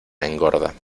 engorda